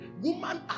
woman